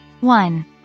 One